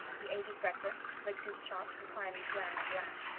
he ate his breakfast, licked his chops, and climbed into anne's lap.